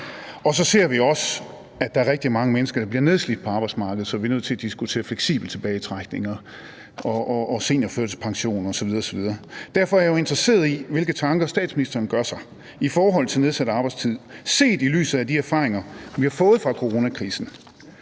Og så ser vi også, at der er rigtig mange mennesker, der bliver nedslidt på arbejdsmarkedet, så vi er nødt til at diskutere fleksibel tilbagetrækning og seniorførtidspension osv. osv. Derfor er jeg interesseret i, hvilke tanker statsministeren gør sig om nedsat arbejdstid set i lyset af de erfaringer, vi har fået fra coronakrisen.